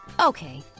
Okay